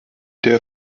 der